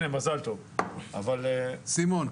סימון,